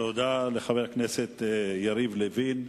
תודה לחבר הכנסת יריב לוין.